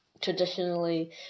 traditionally